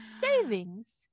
savings